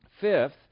Fifth